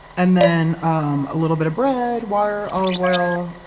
and then um a little bit of bread, water, olive oil,